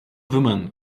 woman